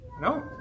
No